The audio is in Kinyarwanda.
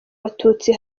abatutsi